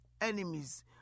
enemies